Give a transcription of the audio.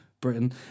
Britain